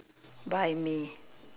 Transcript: buy me